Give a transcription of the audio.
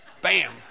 Bam